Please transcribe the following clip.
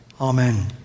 Amen